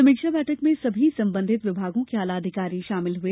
समीक्षा बैठक में सभी संबंधित विभागों के आला अधिकारी शामिल हुए